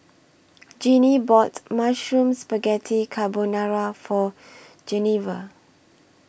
Jeannie bought Mushroom Spaghetti Carbonara For Genevra